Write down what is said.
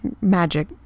magic